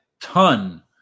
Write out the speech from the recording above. ton